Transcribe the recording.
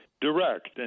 direct